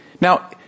Now